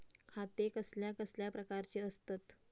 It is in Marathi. खाते कसल्या कसल्या प्रकारची असतत?